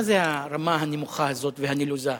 מה זה הרמה הנמוכה הזאת והנלוזה?